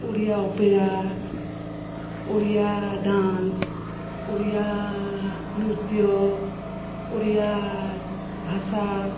Odia opera Odia dance Odia ନୃତ୍ୟ ଓଡ଼ିଆ ଭାଷା